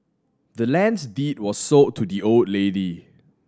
the land's deed was sold to the old lady